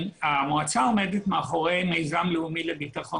המועצה עומדת מאחורי מיזם לאומי לביטחון